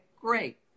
great